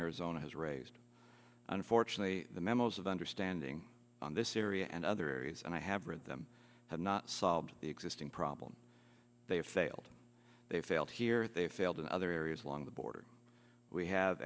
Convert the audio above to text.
arizona has raised unfortunately the memos of understanding on this syria and other areas and i have read them have not solved the existing problem they have failed they failed here they failed in other areas along the border we have